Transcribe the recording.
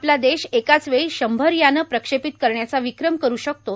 आपला देश एकाच वेळी शंभर यानं प्रक्षेपित करण्याचा विक्रम करू शकतो